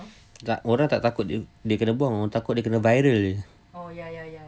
tak orang tak takut dia kena buang orang takut dia kena viral jer